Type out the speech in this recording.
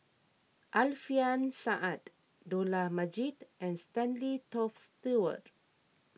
Alfian Sa'At Dollah Majid and Stanley Toft Stewart